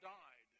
died